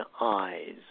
eyes